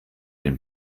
den